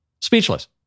Speechless